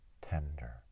tender